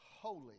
holy